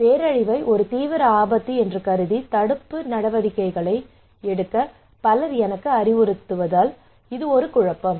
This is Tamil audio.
பேரழிவை ஒரு தீவிர ஆபத்து என்று கருதி தடுப்பு நடவடிக்கைகளை எடுக்க பலர் எனக்கு அறிவுறுத்துவதால் இது ஒரு குழப்பம்